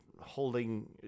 holding